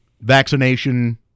vaccination